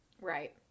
Right